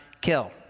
kill